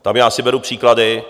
Tam já si beru příklady.